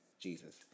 Jesus